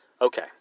okay